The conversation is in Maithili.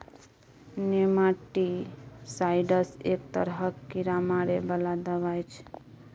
नेमाटीसाइडस एक तरहक कीड़ा मारै बला दबाई छै